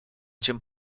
cię